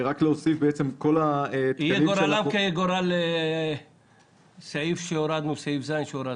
יהיה גורלם כגורל סעיף (ז) שהורדנו.